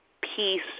peace